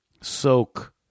soak